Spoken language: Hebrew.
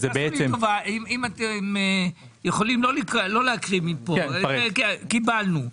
אם אתם יכולים לא להקריא מהדפים שאותם קיבלנו.